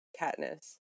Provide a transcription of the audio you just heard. Katniss